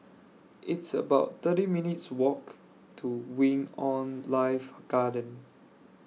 It's about thirty minutes' Walk to Wing on Life Garden